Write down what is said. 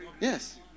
Yes